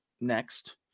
next